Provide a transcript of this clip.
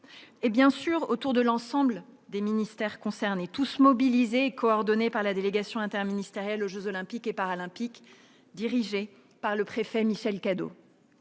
S'y ajoute l'ensemble des ministères concernés, tous mobilisés et coordonnés par la délégation interministérielle aux jeux Olympiques et Paralympiques, dirigée par le préfet Michel Cadot.